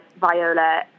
Viola